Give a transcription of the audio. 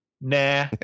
Nah